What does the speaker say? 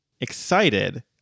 excited